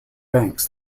banks